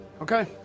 Okay